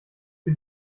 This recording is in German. für